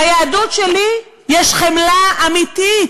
ביהדות שלי יש חמלה אמיתית.